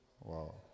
Wow